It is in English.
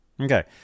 okay